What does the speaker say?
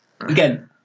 again